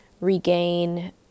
regain